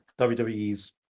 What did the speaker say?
WWE's